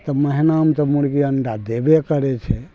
तऽ महीनामे तऽ मुर्गी अण्डा देबे करै छै